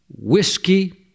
whiskey